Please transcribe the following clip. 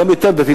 גם יותר דתי,